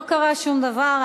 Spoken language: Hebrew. לא קרה שום דבר.